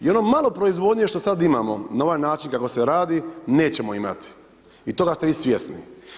I ono malo proizvodnje što sada imamo, na ovaj način kako se radi, nećemo imati i toga ste vi svjesni.